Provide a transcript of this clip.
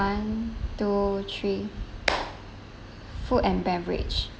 one two three food and beverage